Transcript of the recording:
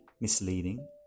misleading